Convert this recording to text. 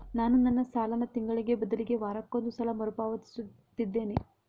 ನಾನು ನನ್ನ ಸಾಲನ ತಿಂಗಳಿಗೆ ಬದಲಿಗೆ ವಾರಕ್ಕೊಂದು ಸಲ ಮರುಪಾವತಿಸುತ್ತಿದ್ದೇನೆ